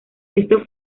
esto